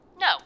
No